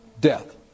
death